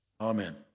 Amen